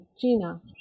Gina